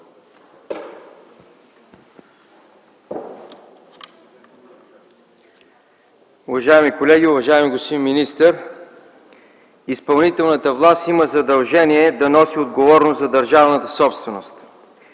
Уважаеми колеги, уважаеми господин министър! Изпълнителната власт има задължение да носи отговорност за държавната собственост.